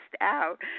out